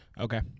Okay